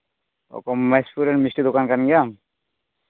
ᱚᱠᱚᱭ ᱢᱚᱦᱮᱥᱯᱩᱨ ᱨᱮᱱ ᱢᱤᱥᱴᱤ ᱫᱚᱠᱟᱱ ᱠᱟᱱ ᱜᱮᱭᱟᱢ